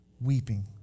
weeping